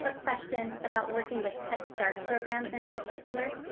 ah question about working with head start programs in particular.